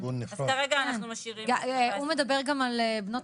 הוא לא עלה בוועדת